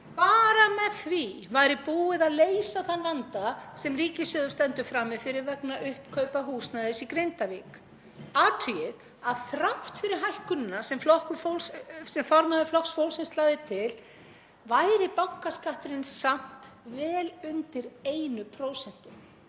Bara með því væri búið að leysa þann vanda sem ríkissjóður stendur frammi fyrir vegna uppkaupa húsnæðis í Grindavík. Athugið að þrátt fyrir hækkunina sem formaður Flokks fólksins lagði til, væri bankaskatturinn samt vel undir 1%. Alltaf